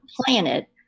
planet